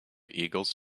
eagles